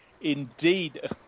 Indeed